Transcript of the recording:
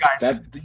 guys